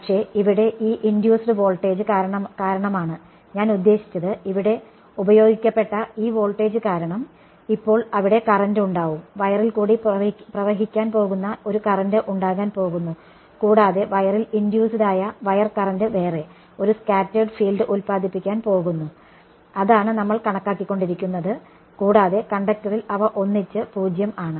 പക്ഷേ ഇവിടെ ഈ ഇൻഡ്യൂസ്ഡ് വോൾട്ടേജ് കാരണമാണ് ഞാൻ ഉദ്ദേശിച്ചത് ഇവിടെ പ്രയോഗിക്കപ്പെട്ട ഈ വോൾട്ടേജ് കാരണം ഇപ്പോൾ അവിടെ കറന്റ് ഉണ്ടാവും വയറിൽക്കൂടി പ്രവഹിക്കാൻ പോകുന്ന ഒരു കറന്റ് ഉണ്ടാകാൻ പോകുന്നു കൂടാതെ വയറിൽ ഇൻഡ്യൂസ്ഡ് ആയ വയർ കറന്റ് വേറെ ഒരു സ്കാറ്റേർഡ് ഫീൽഡ് ഉത്പാദിപ്പിക്കാൻ പോകുന്നു അതാണ് നമ്മൾ കണക്കാക്കികൊണ്ടിരുന്നത് കൂടാതെ കണ്ടക്ടറിൽ അവ ഒന്നിച്ച് 0 ആണ്